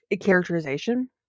characterization